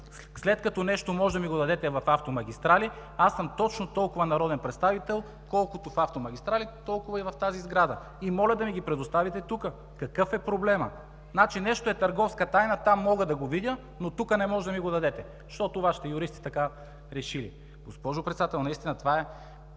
След като нещо можете да ми го дадете в „Автомагистрали“, аз съм точно толкова народен представител – колкото в „Автомагистрали“, толкова и в тази сграда, и моля да ми ги предоставите тук. Какъв е проблемът? Значи, нещо е търговска тайна – там мога да го видя, но тук не можете да ми го дадете, защото Вашите юристи така решили?! Госпожо Председател, наистина това е